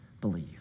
believe